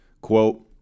Quote